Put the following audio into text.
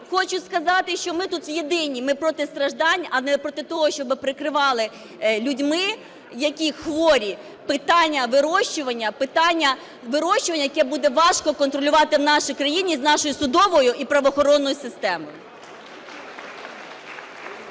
хочу сказати, що ми тут єдині, ми проти страждань, але не проти того, щоби прикривали людьми, які хворі. Питання вирощування, питання вирощування, яке буде важко контролювати в нашій країні і з нашою судовою і правоохоронною системою.